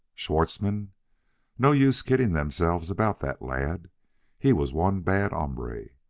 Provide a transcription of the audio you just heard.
schwartzmann no use kidding themselves about that lad he was one bad hombre.